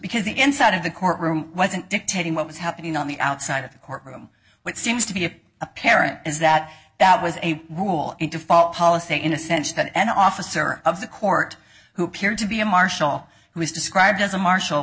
because the inside of the courtroom wasn't dictating what was happening on the outside of the courtroom what seems to be apparent is that that was a rule in default policy in a sense that an officer of the court who appeared to be a marshal who is described as a marshal